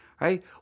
right